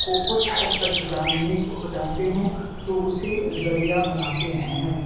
کو کچھ حد تک جاننے کو جانتے ہوں تو اسے ذریعہ بناتے ہیں